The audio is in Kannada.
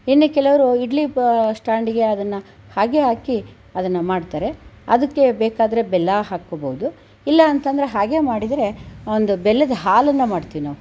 ಇನ್ನು ಕೆಲವರು ಇಡ್ಲಿ ಬ ಸ್ಟ್ಯಾಂಡಿಗೆ ಅದನ್ನು ಹಾಗೆ ಹಾಕಿ ಅದನ್ನ ಮಾಡ್ತಾರೆ ಅದಕ್ಕೆ ಬೇಕಾದರೆ ಬೆಲ್ಲ ಹಾಕ್ಬೋದು ಇಲ್ಲ ಅಂತಂದರೆ ಹಾಗೆ ಮಾಡಿದರೆ ಒಂದು ಬೆಲ್ಲದ ಹಾಲನ್ನು ಮಾಡ್ತೀವಿ ನಾವು